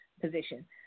position